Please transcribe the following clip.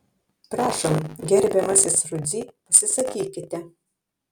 prašom gerbiamasis rudzy pasisakykite